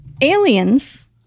aliens